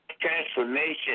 Transformation